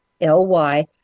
l-y